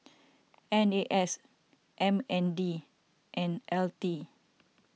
N A S M N D and L T